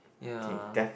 ya